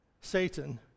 Satan